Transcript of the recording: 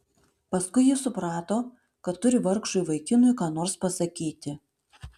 paskui ji suprato kad turi vargšui vaikinui ką nors pasakyti